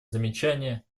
замечания